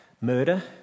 Murder